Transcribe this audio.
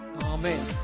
Amen